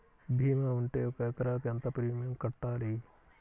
భీమా ఉంటే ఒక ఎకరాకు ఎంత ప్రీమియం కట్టాలి?